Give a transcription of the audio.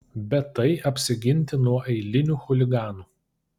bet tai apsiginti nuo eilinių chuliganų